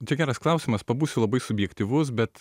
čia geras klausimas pabūsiu labai subjektyvus bet